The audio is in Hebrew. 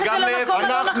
אני מחזיר לך גם מחמאה,